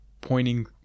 pointing